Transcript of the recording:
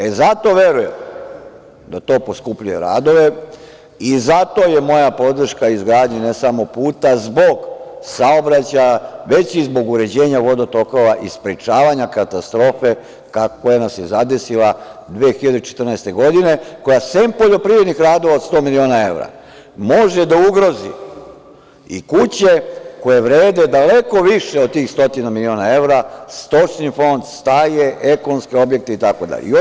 E, zato verujem da to poskupljuje radove i zato je moja podrška izgradnji, ne samo puta, zbog saobraćaja, već i zbog uređenja vodo tokova i sprečavanja katastrofe koja nas je zadesila 2014. godine, koja sem poljoprivrednih radova od 100 miliona evra, može da ugrozi i kuće koje vrede daleko više od tih 100 miliona evra, stočni fond, staje, ekonomske objekte i tako dalje.